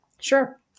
Sure